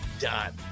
done